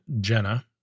Jenna